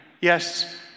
yes